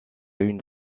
une